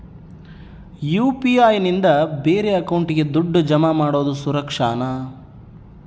UPI ನಿಂದ ಬೇರೆ ಅಕೌಂಟಿಗೆ ದುಡ್ಡು ಜಮಾ ಮಾಡೋದು ಸುರಕ್ಷಾನಾ?